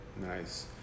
Nice